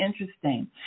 interesting